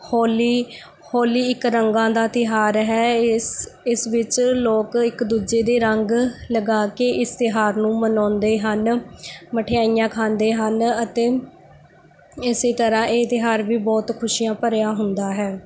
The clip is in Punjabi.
ਹੋਲੀ ਹੋਲੀ ਇੱਕ ਰੰਗਾਂ ਦਾ ਤਿਉਹਾਰ ਹੈ ਇਸ ਇਸ ਵਿੱਚ ਲੋਕ ਇੱਕ ਦੂਜੇ ਦੇ ਰੰਗ ਲਗਾ ਕੇ ਇਸ ਤਿਉਹਾਰ ਨੂੰ ਮਨਾਉਂਦੇ ਹਨ ਮਠਿਆਈਆਂ ਖਾਂਦੇ ਹਨ ਅਤੇ ਇਸੇ ਤਰ੍ਹਾਂ ਇਹ ਤਿਉਹਾਰ ਵੀ ਬਹੁਤ ਖੁਸ਼ੀਆਂ ਭਰਿਆ ਹੁੰਦਾ ਹੈ